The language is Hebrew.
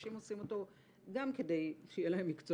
אנשים עושים אותו גם כדי שיהיה להם מקצוע